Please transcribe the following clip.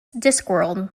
discworld